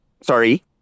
Sorry